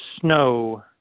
Snow